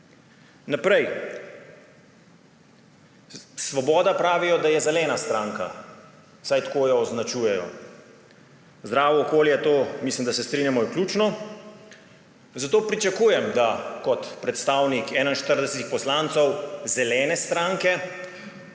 Naprej. Svoboda pravijo, da je zelena stranka, vsaj tako jo označujejo. Zdravo okolje, to mislim, da se strinjamo, je ključno, zato pričakujem, da kot predstavniki 41 poslancev zelene stranke